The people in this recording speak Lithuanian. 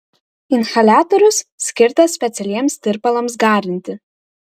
inhaliatorius skirtas specialiems tirpalams garinti